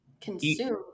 consume